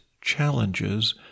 challenges